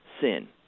sin